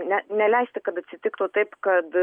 ne neleisti kad atsitiktų taip kad